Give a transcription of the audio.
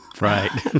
Right